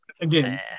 again